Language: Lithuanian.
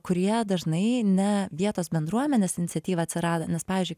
kurie dažnai ne vietos bendruomenės iniciatyva atsirado nes pavyzdžiui